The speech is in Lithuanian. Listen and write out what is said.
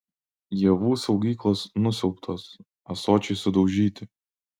javų saugyklos nusiaubtos ąsočiai sudaužyti